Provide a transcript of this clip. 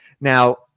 Now